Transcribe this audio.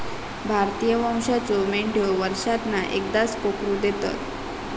भारतीय वंशाच्यो मेंढयो वर्षांतना एकदाच कोकरू देतत